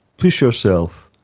push yourself.